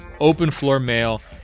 openfloormail